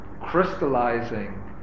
crystallizing